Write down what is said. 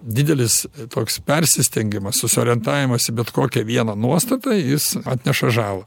didelis toks persistengimas susiorientavimas į bet kokią vieną nuostatą jis atneša žalą